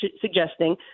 suggesting